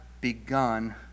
begun